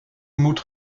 moet